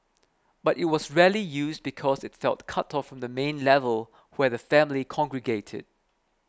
but it was rarely used because it felt cut off from the main level where the family congregated